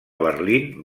berlín